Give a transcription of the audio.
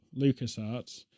LucasArts